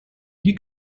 you